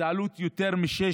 זה עלות של יותר מ-16